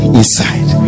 inside